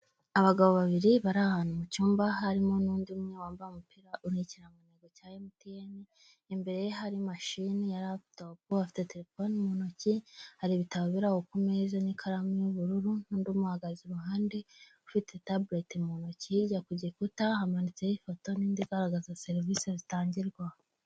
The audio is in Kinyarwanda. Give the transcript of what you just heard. Abagabo babiri bari ahantu mu cyumba harimo n'undi umwe wambaye umupira uri ikigango cya emutiyene, imbere ye hari mashini ya raputopu, afite telefone mu ntoki hari ibitabo bira aho ku meza n'ikaramu y'ubururu n'undi umuhagaze iruhande ufite tabuleti mu ntoki, hirya ku gikuta hamanitseho ifoto n'indi igaragaza serivisi zitangirwa aho .